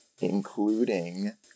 including